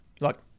look